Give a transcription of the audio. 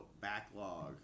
backlog